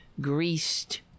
greased